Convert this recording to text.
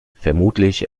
vermutlich